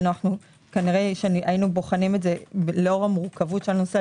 - כנראה היינו בוחנים את זה לאור המורכבות של הנושא,